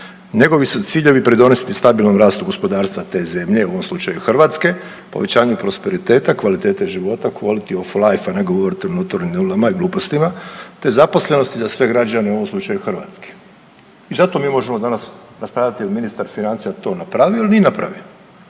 Njegovi su ciljevi pridonesti stabilnom rastu gospodarstva te zemlje, u ovom slučaju Hrvatske, povećanju prosperiteta, kvalitete života, quality of life, a ne govoriti o notornim nulama i glupostima te zaposlenosti za sve građane, u ovom slučaju Hrvatske i zato mi možemo danas raspravljati jel ministar financija to napravio ili nije napravio.